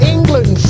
England